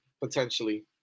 potentially